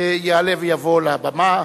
יעלה ויבוא לבמה